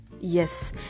Yes